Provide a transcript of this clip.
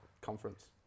conference